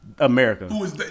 america